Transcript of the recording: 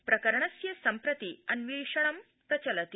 प्रकरणस्य सम्प्रति अन्वेषणं प्रचलति